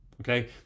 okay